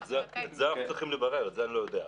את זה אני לא יודע.